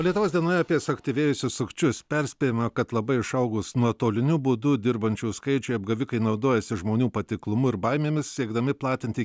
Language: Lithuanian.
lietuvos dienoje apie suaktyvėjusius sukčius perspėjama kad labai išaugus nuotoliniu būdu dirbančiųjų skaičiui apgavikai naudojasi žmonių patiklumu ir baimėmis siekdami platinti